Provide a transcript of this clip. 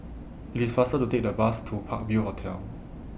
IT IS faster to Take The Bus to Park View Hotel